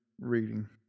reading